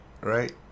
right